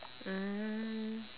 um